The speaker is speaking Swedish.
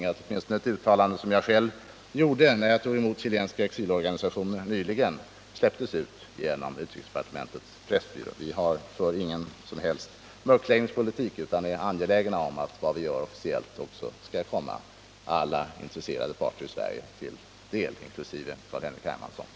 Jag kanske då också skall påpeka att åtminstone det uttalande jag själv gjorde, då jag nyligen tog emot chilenska exilorganisationer, släpptes ut genom utrikesdepartementets pressbyrå. Vi för ingen mörkläggningspolitik utan är angelägna att vad vi gör officiellt också skall komma alla intresserade parter i Sverige till del, inkl. Carl-Henrik Hermansson.